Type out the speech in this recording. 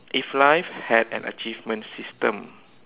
if life had an achievement system